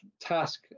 task